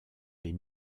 les